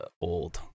old